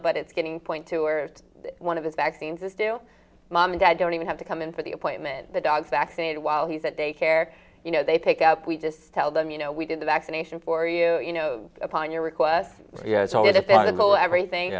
but it's getting point to where one of the vaccines is due mom and dad don't even have to come in for the appointment the dogs vaccinated while he's at daycare you know they pick up we just tell them you know we did a vaccination for you you know upon your requests